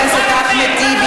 חבר הכנסת אחמד טיבי,